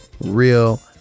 real